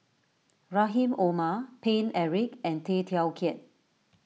Rahim Omar Paine Eric and Tay Teow Kiat